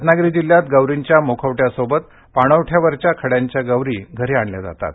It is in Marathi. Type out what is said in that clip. रत्नागिरी जिल्ह्यात गौरींच्या मुखवट्यासोबत पाणवठ्यावरच्या खड्यांच्या गौरी घरी आणल्या जातात